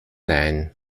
nein